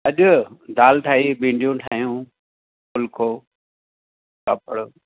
अॼु दाल ठाही भिंडियूं ठाहियूं फुलको पापड़